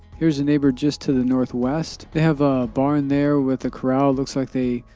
here's a neighbor just to the northwest. they have a barn there with a corral. looks like they,